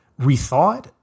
rethought